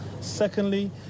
secondly